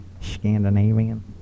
Scandinavian